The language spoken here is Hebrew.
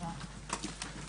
הישיבה ננעלה בשעה 12:45.